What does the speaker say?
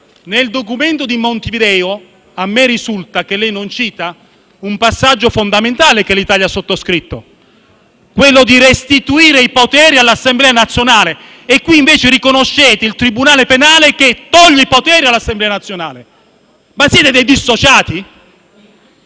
nel documento di Montevideo mi risulta che lei non citi un passaggio fondamentale che l'Italia ha sottoscritto: quello di restituire i poteri all'Assemblea nazionale, mentre riconoscete il tribunale penale che toglie i poteri all'Assemblea nazionale. Siete forse dei dissociati?